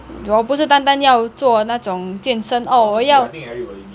我不是单单要做那种健身 oh 我要